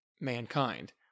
mankind